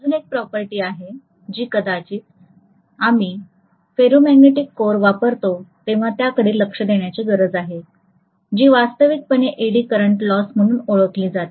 अजून एक प्रॉपर्टी आहे जी कदाचित आम्ही फेरोमॅग्नेटिक कोअर वापरतो तेव्हा त्याकडे लक्ष देण्याची गरज आहे जी वास्तविकपणे एडी करंट लॉस म्हणून ओळखली जाते